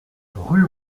rue